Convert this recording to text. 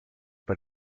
bei